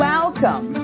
Welcome